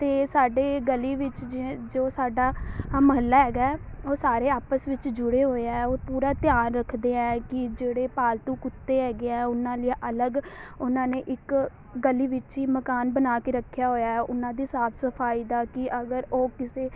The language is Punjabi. ਅਤੇ ਸਾਡੇ ਗਲੀ ਵਿੱਚ ਜ ਜੋ ਸਾਡਾ ਮੁਹੱਲਾ ਹੈਗਾ ਉਹ ਸਾਰੇ ਆਪਸ ਵਿੱਚ ਜੁੜੇ ਹੋਏ ਹੈ ਉਹ ਪੂਰਾ ਧਿਆਨ ਰੱਖਦੇ ਹੈ ਕਿ ਜਿਹੜੇ ਪਾਲਤੂ ਕੁੱਤੇ ਹੈਗੇ ਆ ਉਹਨਾਂ ਲਈ ਅਲੱਗ ਉਹਨਾਂ ਨੇ ਇੱਕ ਗਲੀ ਵਿੱਚ ਹੀ ਮਕਾਨ ਬਣਾ ਕੇ ਰੱਖਿਆ ਹੋਇਆ ਉਹਨਾਂ ਦੀ ਸਾਫ਼ ਸਫਾਈ ਦਾ ਕਿ ਅਗਰ ਉਹ ਕਿਸੇ